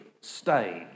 stage